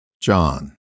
John